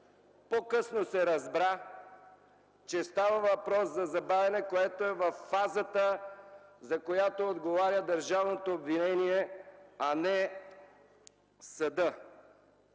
По-късно се разбра, че става въпрос за забавяне, което е във фазата, за която отговаря държавното обвинение, а не съдът.